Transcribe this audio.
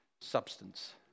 substance